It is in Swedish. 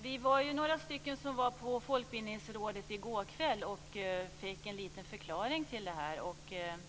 Fru talman! Vi var några stycken som var på besök hos Folkbildningsrådet i går kväll och fick en liten förklaring till detta.